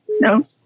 No